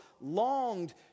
longed